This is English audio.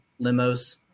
limos